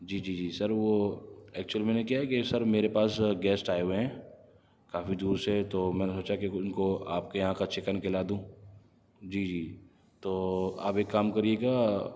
جی جی جی سر وہ ایکچول میں نے کیا ہے کہ سر میرے پاس گیسٹ آئے ہوئے ہیں کافی دور سے تو میں نے سوچا کہ ان کو آپ کے یہاں کا چکن کھلا دوں جی جی تو آپ ایک کام کرئیے گا